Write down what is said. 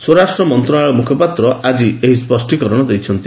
ସ୍ୱରାଷ୍ଟ୍ର ମନ୍ତ୍ରଣାଳୟ ମୁଖପାତ୍ର ଆଜି ଏହି ସ୍ୱଷ୍ଟିକରଣ ଦେଇଛନ୍ତି